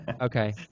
Okay